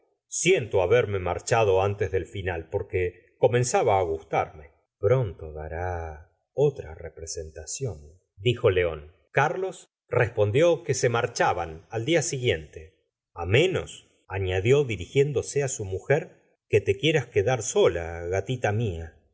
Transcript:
siento haberme marchado antes del final porque comenzaba á gustarme pronto dará otra representación dijo león carlos respondió que se marchaban al dia siguiente a menos añadió dirigiéndose á su mujer que no te quieras quedar sola gatita mía